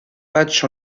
matchs